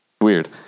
Weird